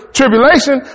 tribulation